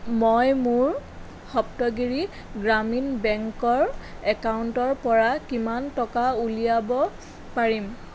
মই মোৰ সপ্তগিৰি গ্ৰামীণ বেংকৰ একাউণ্টৰ পৰা কিমান টকা উলিয়াব পাৰিম